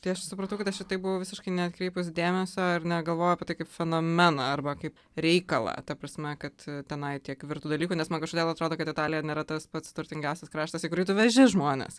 tai aš supratau kad aš į tai buvo visiškai neatkreipus dėmesio ir negalvojau apie tai kaip fenomeną arba kaip reikalą ta prasme kad tenai tiek virtų dalykų nes man kažkodėl atrodo kad italija nėra tas pats turtingiausias kraštas į kurį tu veži žmones